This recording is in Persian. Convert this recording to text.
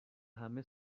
همه